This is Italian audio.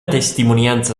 testimonianza